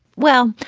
well,